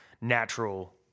natural